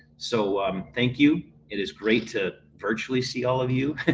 so um thank you. it is great to virtually see all of you.